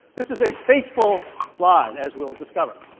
this is a fateful line as we will discover.